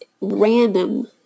random